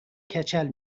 کچل